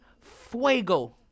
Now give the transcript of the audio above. fuego